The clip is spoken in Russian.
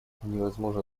невозможно